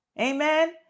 Amen